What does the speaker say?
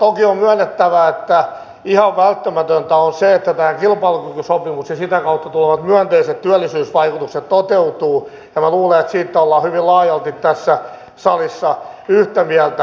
toki on myönnettävä että ihan välttämätöntä on se että tämä kilpailukykysopimus ja sitä kautta tulevat myönteiset työllisyysvaikutukset toteutuvat ja minä luulen että siitä ollaan hyvin laajaalti tässä salissa yhtä mieltä